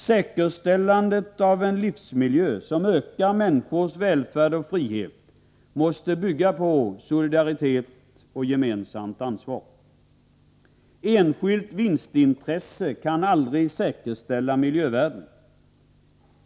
Säkerställandet av en livsmiljö som ökar människors välfärd och frihet måste bygga på solidaritet och gemensamt ansvar. Enskilt vinstintresse kan aldrig säkerställa miljövärden.